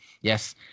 yes